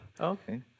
Okay